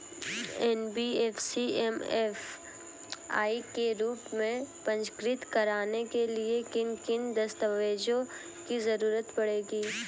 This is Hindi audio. एन.बी.एफ.सी एम.एफ.आई के रूप में पंजीकृत कराने के लिए किन किन दस्तावेजों की जरूरत पड़ेगी?